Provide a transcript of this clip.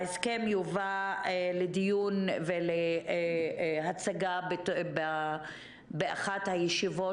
ההסכם יובא לדיון ולהצגה באחת הישיבות